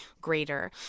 greater